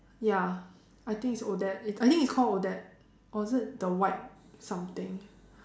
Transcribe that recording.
ya I think it's Odette I think it's called Odette or is it the white something